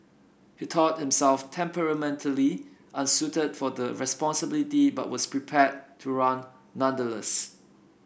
he thought himself temperamentally unsuited for the responsibility but was prepared to run nonetheless